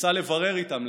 ניסה לברר איתם,